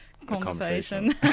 conversation